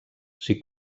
s’hi